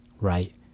right